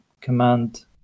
command